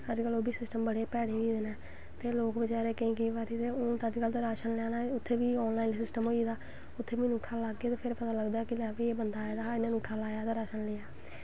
अज्ज कल ओह् बी सिस्टम बड़े भैड़े होई गेदे न तोे लोग बचैरे ते केईं केईं बारी अज्ज कल ते राशन लैना उत्थें बी ऑन लाईन सिस्टम होई दा उत्थें अंगूठा लाह्गे ते पता लग्गना कि इ'नैं अंगूठा लाए दा ते इ'नैं राशन लेआ